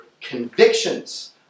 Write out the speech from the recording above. convictions